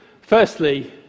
Firstly